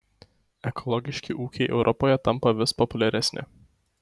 ekologiški ūkiai europoje tampa vis populiaresni